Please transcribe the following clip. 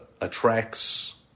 attracts